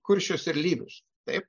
kuršius ir lyvius taip